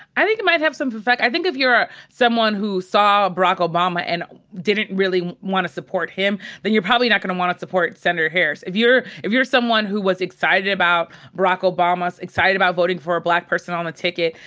i think it might have some effect. i think if you're someone who saw barack obama and didn't really want to support him, then you're probably not gonna want to support senator harris. if you're if you're someone who was excited about barack obama, excited about voting for a black person on the ticket,